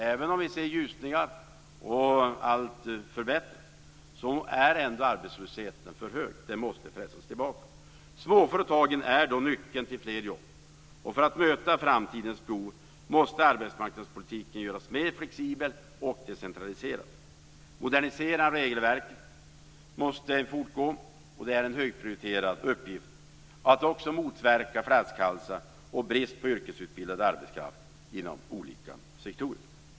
Även om vi ser ljusningar och förbättringar är arbetslösheten för hög. Den måste pressas tillbaka. Småföretagen är då nyckeln till fler jobb. För att möta framtidens behov måste arbetsmarknadspolitiken göras mer flexibel och decentraliseras. Moderniseringen av regelverket måste fortgå. Det är en högprioriterad uppgift att motverka flaskhalsar och brist på yrkesutbildad arbetskraft inom olika sektorer.